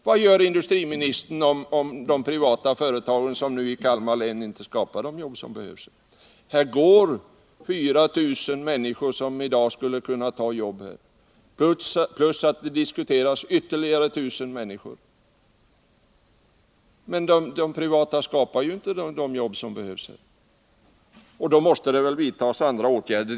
Vad gör industriministern om de privata företagen, som nu i Kalmar län, inte skapar de jobb som behövs? Här går 4 000 människor arbetslösa som skulle kunna ta ett jobb i dag. Och diskussionerna gäller ytterligare 1 000 människor. De privata företagen skapar alltså inte de jobb som behövs. Då måste det väl vidtas andra åtgärder?